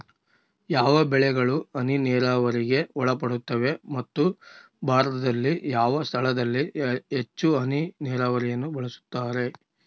ಯಾವ ಬೆಳೆಗಳು ಹನಿ ನೇರಾವರಿಗೆ ಒಳಪಡುತ್ತವೆ ಮತ್ತು ಭಾರತದಲ್ಲಿ ಯಾವ ಸ್ಥಳದಲ್ಲಿ ಹೆಚ್ಚು ಹನಿ ನೇರಾವರಿಯನ್ನು ಬಳಸುತ್ತಾರೆ?